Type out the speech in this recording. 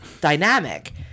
dynamic